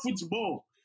football